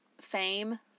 Fame